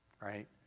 right